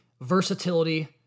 versatility